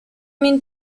mean